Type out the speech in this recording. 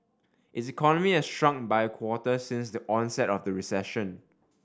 its economy has shrunk by a quarter since the onset of the recession